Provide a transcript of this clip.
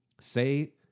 Say